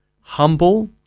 humble